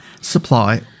supply